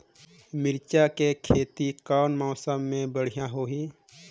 मिरचा के खेती कौन मौसम मे बढ़िया होही?